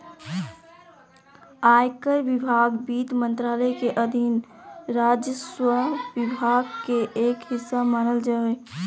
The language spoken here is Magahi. आयकर विभाग वित्त मंत्रालय के अधीन राजस्व विभाग के एक हिस्सा मानल जा हय